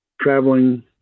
traveling